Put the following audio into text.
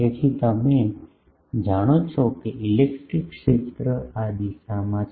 તેથી તમે જાણો છો કે ઇલેક્ટ્રિક ક્ષેત્ર આ દિશામાં છે